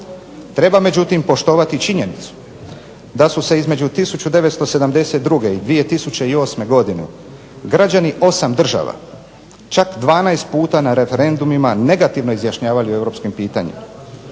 Treba međutim poštovati činjenicu da su se između 1972. i 2008. godine građani 8 država čak 12 puta na referendumima negativno izjašnjavali o europskim pitanjima.